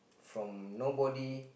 from nobody